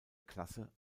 klasse